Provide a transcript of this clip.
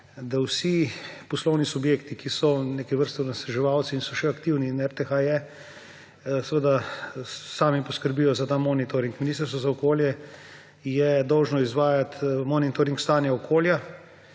da vsi poslovni subjekti, ki so neke vrste onesnaževalci in so še aktivni, in RTH je, seveda sami poskrbijo za ta monitoring. Ministrstvo za okolje je dolžno izvajati monitoring stanja okolja,